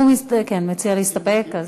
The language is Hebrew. השר מציע להסתפק.